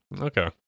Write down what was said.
Okay